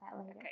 Okay